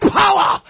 power